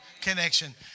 connection